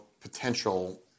potential